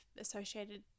associated